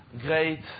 Great